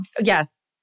yes